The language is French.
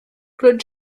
claude